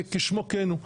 כשמו כן הוא,